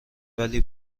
ولی